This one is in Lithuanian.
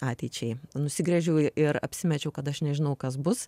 ateičiai nusigręžiau ir apsimečiau kad aš nežinau kas bus